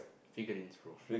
figurines brother